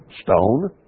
stone